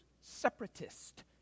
separatist